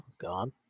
gone